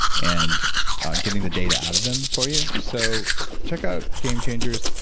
and getting the data out of them for you. so check out game changers,